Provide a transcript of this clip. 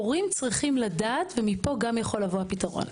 הורים צריכים לדעת, ופה גם יכול לבוא הפתרון.